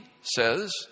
says